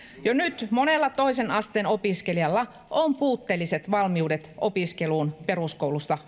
jo nyt monella toisen asteen opiskelijalla on puutteelliset valmiudet opiskeluun peruskoulusta